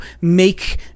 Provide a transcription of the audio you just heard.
make